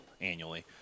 annually